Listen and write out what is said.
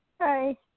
Hi